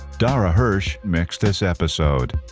dara hirsch mixed this episode